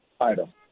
item